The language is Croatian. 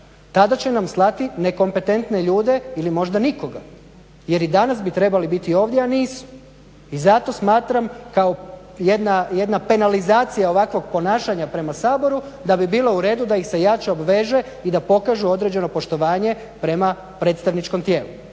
tada će nam slati nekompetentne ljude ili možda nikoga jer i danas bi trebali biti ovdje a nisu. I zato smatram kao jedna penalizacija ovakvog ponašanja prema Saboru da bi bilo uredu da ih se jače obveže i da pokažu određeno poštovanje prema predstavničkom tijelu.